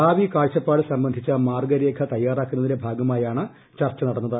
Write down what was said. ഭാവി കാഴ്ചപ്പാട് സംബന്ധിച്ച മാർഗരേഖ തയ്യാറാക്കുന്നതിന്റെ ഭാഗമായാണ് ചർച്ച നടന്നത്